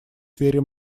сфере